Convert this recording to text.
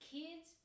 kids